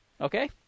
Okay